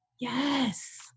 Yes